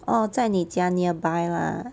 orh 在你家 nearby lah